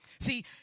See